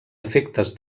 efectes